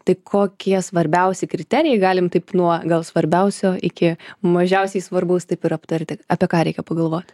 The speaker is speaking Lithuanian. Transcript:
tai kokie svarbiausi kriterijai galim taip nuo gal svarbiausio iki mažiausiai svarbaus taip ir aptarti apie ką reikia pagalvot